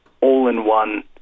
all-in-one